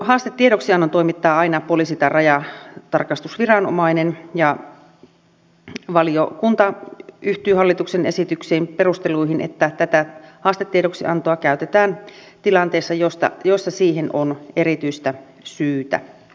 haastetiedoksiannon toimittaa aina poliisi tai rajatarkastusviranomainen ja valiokunta yhtyy hallituksen esityksen perusteluihin että tätä haastetiedoksiantoa käytetään tilanteessa jossa siihen on erityistä syytä